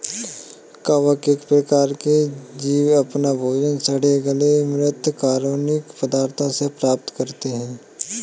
कवक एक प्रकार के जीव अपना भोजन सड़े गले म्रृत कार्बनिक पदार्थों से प्राप्त करते हैं